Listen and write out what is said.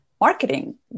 marketing